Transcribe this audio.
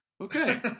okay